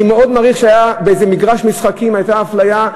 אני מאוד מעריך את זה שבאיזה מגרש משחקים הייתה אפליה,